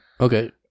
Okay